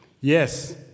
Yes